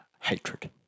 hatred